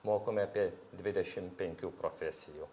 mokome apie dvidešimt penkių profesijų